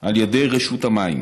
על ידי רשות המים.